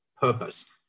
purpose